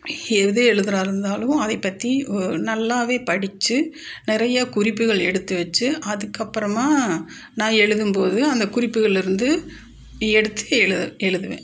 எது எழுதுறா இருந்தாலும் அதை பற்றி நல்லா படித்து நிறைய குறிப்புகள் எடுத்து வெச்சு அதுக்கப்புறமாக நான் எழுதும்போது அந்த குறிப்புகளில் இருந்து எடுத்து எழுதுவேன்